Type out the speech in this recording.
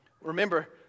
remember